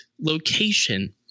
location